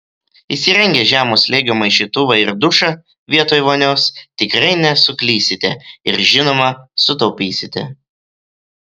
įsirengę žemo slėgio maišytuvą ir dušą vietoj vonios tikrai nesuklysite ir žinoma sutaupysite